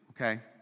okay